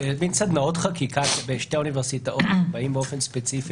הם משתי אוניברסיטאות שבאים באופן ספציפי